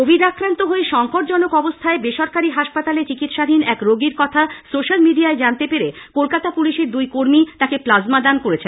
Covid আক্রান্ত হয়ে সঙ্কটজনক অবস্থায় বেসরকারি হাসপাতালে চিকিৎসাধীন এক রোগীর কথা সোশ্যাল মিডিয়ায় জানতে পেরে কলকাতা পুলিশের দুই কর্মী প্লাজমা দান করেছেন